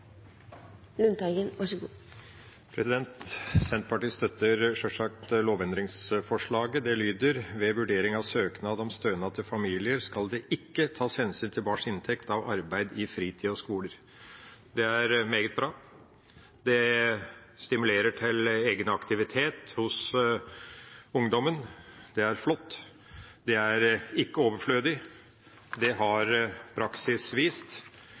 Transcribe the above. Senterpartiet støtter sjølsagt lovendringsforslaget. Det lyder: «Ved vurdering av søknad om stønad til familier skal det ikke tas hensyn til barns inntekt av arbeid i fritid og skoleferier.» Det er meget bra. Det stimulerer til egenaktivitet hos ungdommen, og det er flott. Det er ikke overflødig, det har praksis vist.